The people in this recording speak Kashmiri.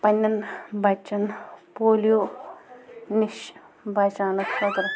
پنٛنٮ۪ن بچن پولیو نِش بچاونہٕ خٲطرٕ